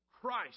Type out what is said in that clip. Christ